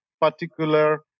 particular